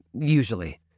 usually